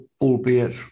albeit